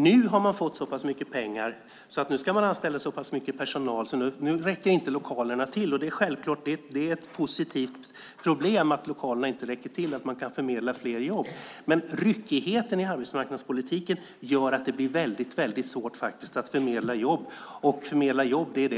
Nu har man fått så pass mycket pengar att man ska anställa så pass mycket personal att lokalerna inte räcker till. Det är ett positivt problem att lokalerna inte räcker till och att man kan förmedla fler jobb. Men ryckigheten i arbetsmarknadspolitiken gör att det blir väldigt svårt att förmedla jobb, och att förmedla jobb och inte